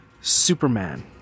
superman